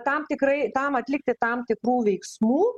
tam tikrai tam atlikti tam tikrų veiksmų